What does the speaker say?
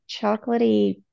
chocolatey